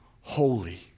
holy